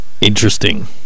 Interesting